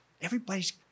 Everybody's